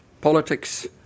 politics